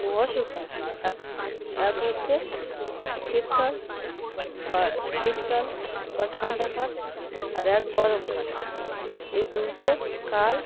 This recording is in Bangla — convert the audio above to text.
অসুখ হয় এক এক হচ্ছে শীতকাল বা শীতকাল বা ঠান্ডা কাল আর এক গরমকাল এই দুটো কাল